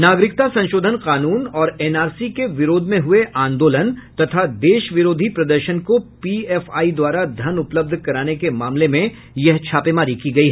नागरिकता संशोधन कानून और एनआरसी के विरोध में हुए आंदोलन तथा देश विरोधी प्रदर्शन को पीएफआई द्वारा धन उपलब्ध कराने के मामले में यह छापेमारी की गयी